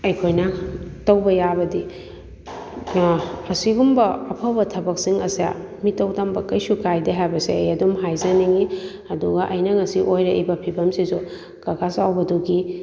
ꯑꯩꯈꯣꯏ ꯇꯧꯕ ꯌꯥꯕꯗꯤ ꯑꯁꯤꯒꯨꯝꯕ ꯑꯐꯕ ꯊꯕꯛꯁꯤꯡ ꯑꯁꯦ ꯃꯤꯇꯧ ꯇꯝꯕ ꯀꯩꯁꯨ ꯀꯥꯏꯗꯦ ꯍꯥꯏꯕꯁꯦ ꯑꯩ ꯑꯗꯨꯝ ꯍꯥꯏꯖꯅꯤꯡꯉꯤ ꯑꯗꯨꯒ ꯑꯩꯅ ꯉꯁꯤ ꯑꯣꯏꯔꯛꯏꯕ ꯐꯤꯕꯝꯁꯤꯁꯨ ꯀꯀꯥ ꯆꯥꯎꯕꯗꯨꯒꯤ